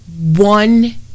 one